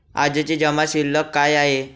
आजची जमा शिल्लक काय आहे?